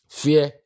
fear